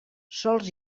sols